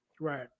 Right